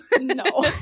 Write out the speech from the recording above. No